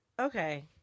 Okay